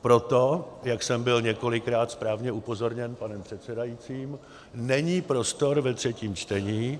Pro to, jak jsem byl několikrát správně upozorněn panem předsedajícím, není prostor ve třetím čtení.